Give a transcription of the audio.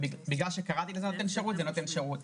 שבגלל שקראתי לזה נותן שירות זה נותן שירות.